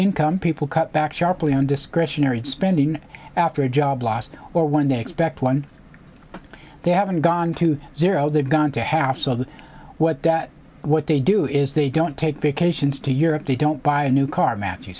income people cut back sharply on discretionary spending after a job loss or one day expect one they haven't gone to zero they've gone to half so that what that what they do is they don't take vacations to europe they don't buy a new car mat